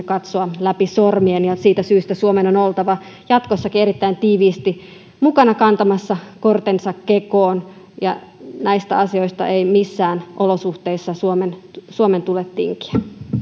katsoa läpi sormien siitä syystä suomen on on oltava jatkossakin erittäin tiiviisti mukana kantamassa kortensa kekoon ja näistä asioista ei missään olosuhteissa suomen suomen tule tinkiä